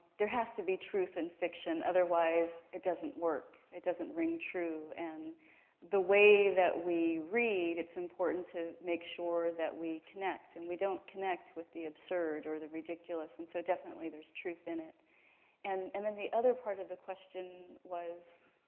there has to be truth in fiction. otherwise, it doesn't work. it doesn't ring true. and the way that we read, it's important to make sure that we connect and we don't connect with the absurd or the ridiculous. and so definitely, there is truth in it and and then the other part of the question was?